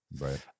Right